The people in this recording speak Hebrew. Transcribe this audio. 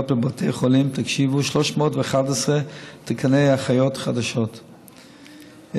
בבתי החולים 311 תקני אחיות חדשות,